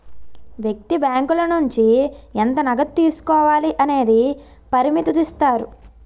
వ్యక్తి బ్యాంకుల నుంచి ఎంత నగదు తీసుకోవాలి అనేది పరిమితుదిస్తారు